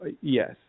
Yes